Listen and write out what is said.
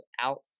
out